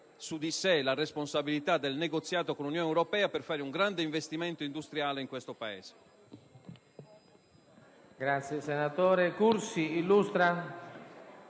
su di sé la responsabilità del negoziato con l'Unione europea, per realizzare un grande investimento industriale in questo Paese.